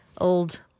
old